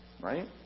Right